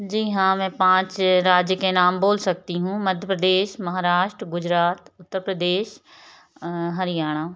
जी हाँ मैं पाँच राज्य के नाम बोल सकती हूँ मध्य प्रदेश महाराष्ट महाराष्ट्र गुजरात उत्तर प्रदेश हरियाणा